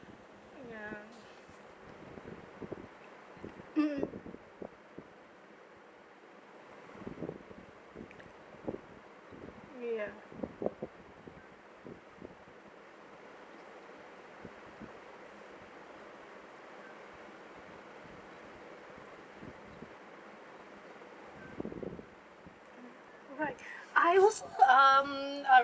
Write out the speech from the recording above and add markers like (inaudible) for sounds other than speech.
ya mmhmm ya right (breath) I also um